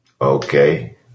Okay